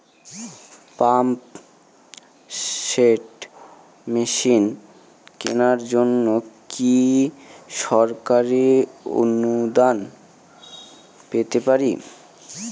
Pump set machine কেনার জন্য কি সরকারি অনুদান পেতে পারি?